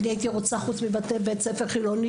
אני הייתי רוצה חוץ מבית ספר חילוני,